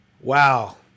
Wow